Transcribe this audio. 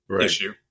issue